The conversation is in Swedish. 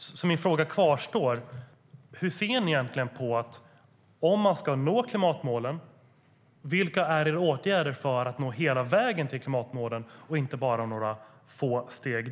Min fråga kvarstår därför: Om man ska nå klimatmålen, vilka är då era åtgärder för att nå hela vägen dit och inte bara några få steg?